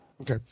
Okay